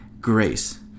grace